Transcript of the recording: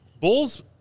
Bulls –